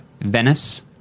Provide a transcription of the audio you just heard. Venice